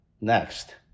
next